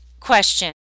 question